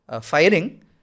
firing